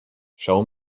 schau